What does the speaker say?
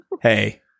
Hey